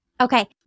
Okay